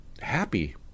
happy